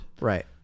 Right